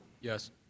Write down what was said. Yes